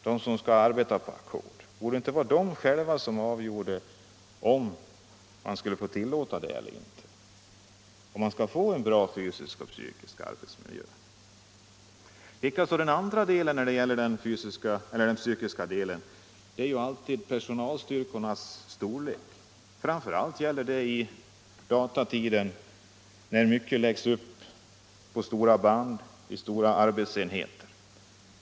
Är det inte det som bör få avgöra om ackordet eller prestationsnormerna skall tillåtas eller inte, för att man skall få en bra fysisk och psykisk arbetsmiljö? En annan fråga gäller personalstyrkornas storlek. Framför allt är den aktuell i datateknikens tidevarv när allt läggs upp på stora band och i stora arbetsenheter.